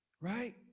Right